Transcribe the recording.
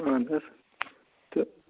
اَہَن حظ تہٕ